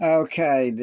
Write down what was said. okay